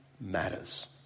matters